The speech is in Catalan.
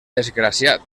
desgraciat